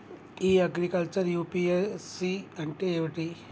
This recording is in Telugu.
ఇ అగ్రికల్చర్ యూ.పి.ఎస్.సి అంటే ఏమిటి?